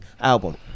album